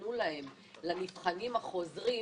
שנתנו לנבחנים החוזרים,